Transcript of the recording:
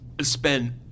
spend